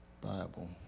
Bible